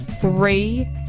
three